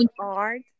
art